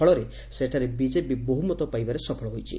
ଫଳରେ ସେଠାରେ ବିଜେପି ବହୁମତ ପାଇବାରେ ସଫଳ ହୋଇଛି